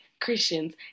Christians